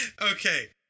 Okay